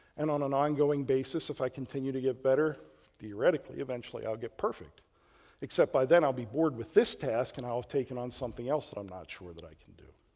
and on an ongoing basis if i continue to get better theoretic like eventually i'll get perfect except by then i'll be bored with this task and i'll have taken on something else that i'm not sure that i can do.